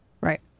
Right